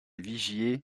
vigier